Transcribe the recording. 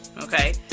okay